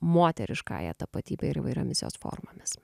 moteriškąja tapatybė ir įvairiomis jos formomis